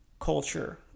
culture